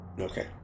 Okay